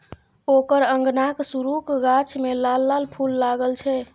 ओकर अंगनाक सुरू क गाछ मे लाल लाल फूल लागल छै